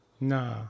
Nah